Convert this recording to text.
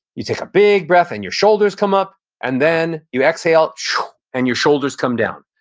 you take a big breath and your shoulders come up and then you exhale and your shoulders come down.